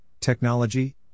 technology